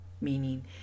meaning